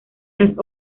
las